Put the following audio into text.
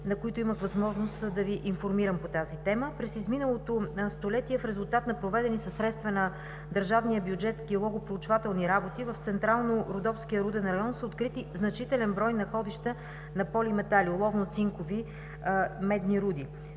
на които имах възможност да Ви информирам по тази тема. През изминалото столетие в резултат на проведени със средства на държавния бюджет геологопроучвателни работи в Централно-Родопския руден район са открити значителен брой находища на полиметали – оловно-цинкови-медни руди.